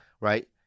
Right